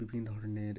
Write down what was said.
বিভিন্ন ধরনের